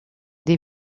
des